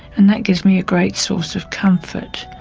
and that gives me a great source of comfort,